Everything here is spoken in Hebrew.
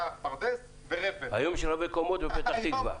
פרדס ורפת -- היום יש רבי קומות בפתח-תקוה.